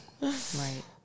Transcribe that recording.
Right